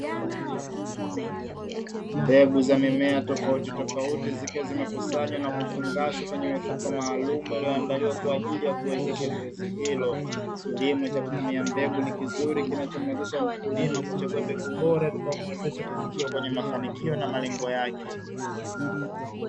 Mbegu za mimea tofauti tofauti zikiwa zimekusanywa na kufungashwa kwenye mifuko maalumu walioandaliwa kwa ajili ya kuwezesha zoezi hilo, kilimo cha kutumia mbegu ni kizuri, kinachomwezesha mkulima kuchagua mbegu bora itakayomuwezesha kufikia kwenye mafanikio na malengo yake.